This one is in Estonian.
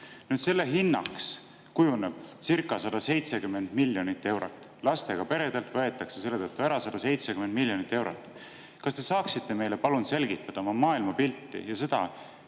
eest. Selle hinnaks kujunebcirca170 miljonit eurot, lastega peredelt võetakse selle tõttu ära 170 miljonit eurot. Kas te saaksite meile palun selgitada oma maailmapilti ja seda,